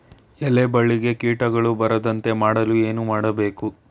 ಎಲೆ ಬಳ್ಳಿಗೆ ಕೀಟಗಳು ಬರದಂತೆ ಮಾಡಲು ಏನು ಮಾಡಬೇಕು?